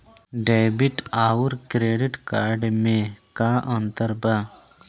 Debit आउर credit card मे का अंतर बा?